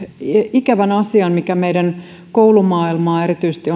ikävän asian mikä meidän koulumaailmaa ja erityisesti